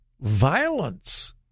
violence